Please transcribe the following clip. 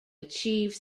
achieve